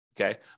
okay